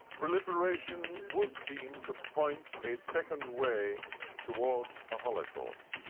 proliferation would seem to point a second way towards a holocaust,